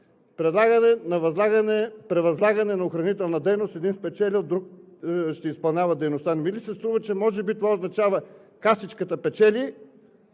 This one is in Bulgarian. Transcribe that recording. предлагате – превъзлагане на охранителна дейност, един спечелил, друг ще изпълнява дейността. Не Ви ли се струва, че може би това означава: касичката печели,